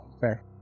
fair